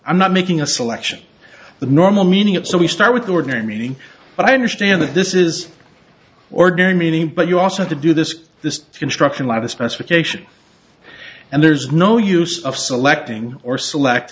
i'm not making a selection the normal meaning of so we start with ordinary meaning but i understand that this is ordinary meaning but you also have to do this this construction lot of specification and there's no use of selecting or select